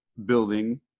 building